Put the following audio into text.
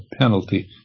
penalty